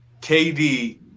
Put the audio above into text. KD